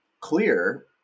clear